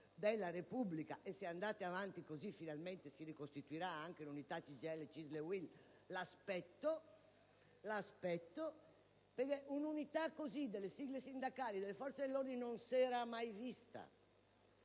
della Repubblica: e se andate avanti così finalmente si ricostituirà anche l'unità di CGIL CISL e UIL (l'aspetto). Un'unità così delle sigle sindacali delle forze dell'ordine non si era mai vista